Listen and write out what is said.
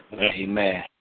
Amen